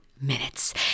Minutes